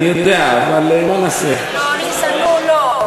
לא, ניסן, נו, לא.